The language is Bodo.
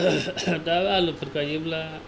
दा आलुफोर गायोब्ला